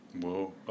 Whoa